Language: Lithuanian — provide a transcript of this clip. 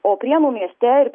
o prienų mieste ir